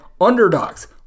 underdogs